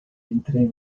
entre